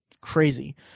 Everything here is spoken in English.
crazy